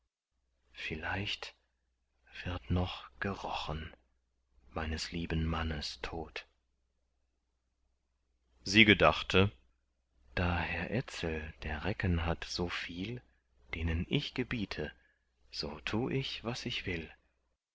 vielleicht wird noch gerochen meines lieben mannes tod sie gedachte da herr etzel der recken hat so viel denen ich gebiete so tu ich was ich will